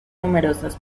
numerosas